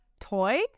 toy